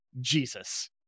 Jesus